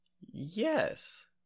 Yes